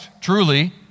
truly